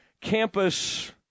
campus